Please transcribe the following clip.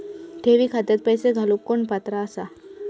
ठेवी खात्यात पैसे घालूक कोण पात्र आसा?